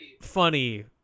funny